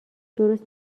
درست